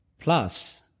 Plus